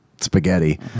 spaghetti